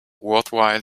worthwhile